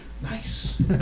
Nice